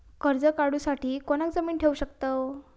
कर्ज काढूसाठी कोणाक जामीन ठेवू शकतव?